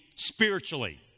Spiritually